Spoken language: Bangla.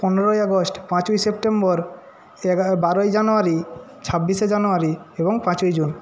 পনেরোই আগস্ট পাঁচই সেপ্টেম্বর এগা বারোই জানুয়ারি ছাব্বিশে জানুয়ারি এবং পাঁচই জুন